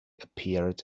appeared